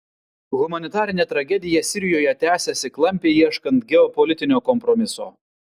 humanitarinė tragedija sirijoje tęsiasi klampiai ieškant geopolitinio kompromiso